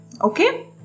Okay